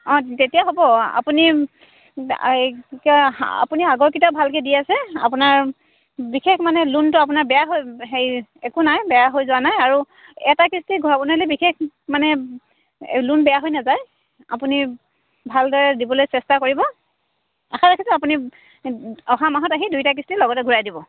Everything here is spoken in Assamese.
অঁ তেতিয়া হ'ব আপুনি আপুনি আগৰকেইটা ভালকে দি আছে আপোনাৰ বিশেষ মানে লোনটো আপোনাৰ বেয়া হৈ হেৰি একো নাই বেয়া হৈ যোৱা নাই আৰু এটা কিস্তি ঘূৰাব নোৱাৰিলে বিশেষ মানে লোন বেয়া হৈ নাযায় আপুনি ভালদৰে দিবলৈ চেষ্টা কৰিব আশা ৰাখিছো আপুনি অহা মাহত আহি দুইটা কিস্তি লগতে ঘূৰাই দিব